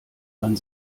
man